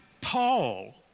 Paul